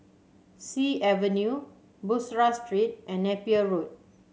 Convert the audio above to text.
Sea Avenue Bussorah Street and Napier Road